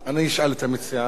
אני אשאל את המציעה,